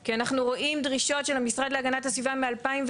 כי אנחנו רואים דרישות של המשרד להגנת הסביבה מ-2009,